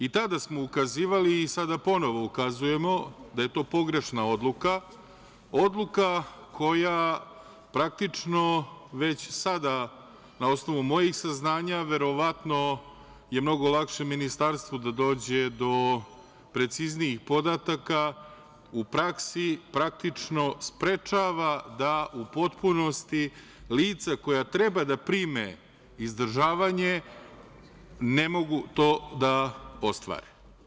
I tada smo ukazivali i sada ponovo ukazujemo da je to pogrešna odluka, odluka koja praktično već sada na osnovu mojih saznanja, verovatno je mnogo lakše Ministarstvu da dođe do preciznijih podataka, u praksi praktično sprečava da u potpunosti lica koja treba da prime izdržavanje ne mogu to da ostvare.